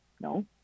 no